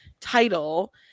title